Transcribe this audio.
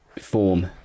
form